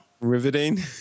Riveting